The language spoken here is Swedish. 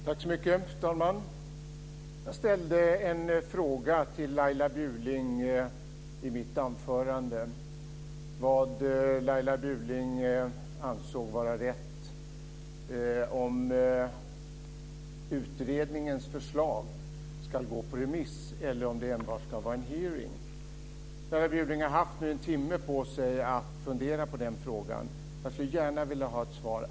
Fru talman! Jag ställde i mitt anförande en fråga till Laila Bjurling vad hon ansåg vara rätt, om utredningens förslag ska gå på remiss eller om det enbart ska vara en hearing. Laila Bjurling har nu haft en timme på sig att fundera på den frågan. Jag skulle gärna vilja ha ett svar.